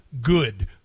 good